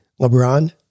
LeBron